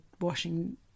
washing